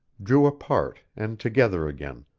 drew apart, and together again,